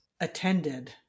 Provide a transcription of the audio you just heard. attended